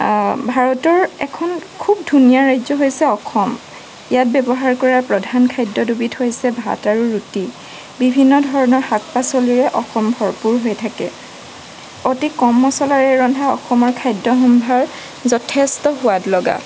ভাৰতৰ এখন খুব ধুনীয়া ৰাজ্য হৈছে অসম ইয়াত ব্যৱহাৰ কৰা প্ৰধান খাদ্য দুবিধ হৈছে ভাত আৰু ৰুটি বিভিন্ন ধৰণৰ শাক পাচলিৰে অসম ভৰপূৰ হৈ থাকে অতি কম মছলাৰে ৰন্ধা অসমৰ খাদ্য সম্ভাৰ যথেষ্ট সোৱাদ লগা